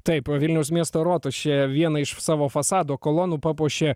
taip vilniaus miesto rotušė vieną iš savo fasado kolonų papuošė